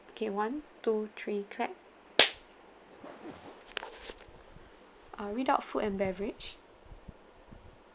okay one two three clap I'll read out food and beverage